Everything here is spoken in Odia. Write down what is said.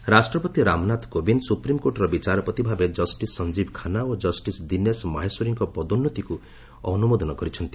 ପ୍ରେଜ୍ ଜଜେଜ୍ ରାଷ୍ଟ୍ରପତି ରାମନାଥ କୋବିନ୍ଦ ସୁପ୍ରିମ୍କୋର୍ଟର ବିଚାରପତି ଭାବେ ଜଷ୍ଟିସ୍ ସଞ୍ଜିବ ଖାନ୍ନା ଓ କଷ୍ଟିସ୍ ଦିନେଶ୍ ମାହେଶ୍ୱରୀଙ୍କ ପଦୋନ୍ନତିକୁ ଅନୁମୋଦନ କରିଛନ୍ତି